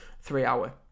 three-hour